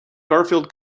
garfield